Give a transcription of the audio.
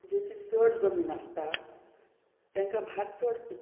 जेची चड जमीन आसता तेंकां भाग चड